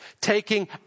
Taking